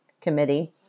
committee